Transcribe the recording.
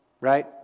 Right